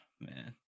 Man